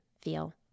feel